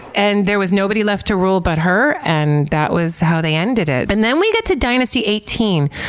and there was nobody left to rule but her and that was how they ended it. and then we get to dynasty eighteen.